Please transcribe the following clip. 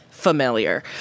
familiar